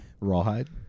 rawhide